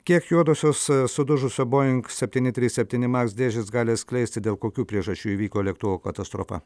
kiek juodosios sudužusio boing septyni trys septyni maks dėžės gali atskleisti dėl kokių priežasčių įvyko lėktuvo katastrofa